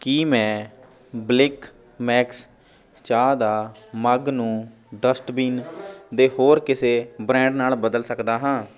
ਕੀ ਮੈਂ ਬਲਿਕ ਮੈਕਸ ਚਾਹ ਦਾ ਮੱਗ ਨੂੰ ਡਸਟਬਿਨ ਦੇ ਹੋਰ ਕਿਸੇ ਬ੍ਰਾਂਡ ਨਾਲ ਬਦਲ ਸਕਦਾ ਹਾਂ